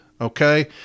okay